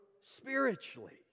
spiritually